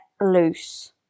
loose